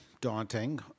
daunting